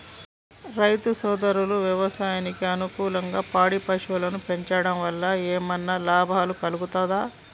రైతు సోదరులు వ్యవసాయానికి అనుకూలంగా పాడి పశువులను పెంచడం వల్ల ఏమన్నా లాభం కలుగుతదా?